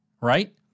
right